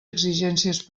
exigències